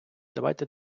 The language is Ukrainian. давайте